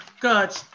Good